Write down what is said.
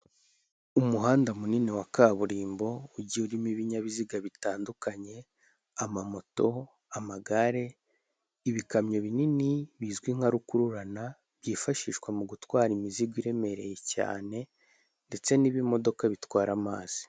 Umuhanda munini wa kaburimbo ugiye urimo ibinyabiziga bitandukanye amamoto ,amagare, ibikamyo binini bizwi nka rukururana byifashishwa mu gutwara imizigo iremereye cyane, ndetse n'ibimodoka bitwara amazi.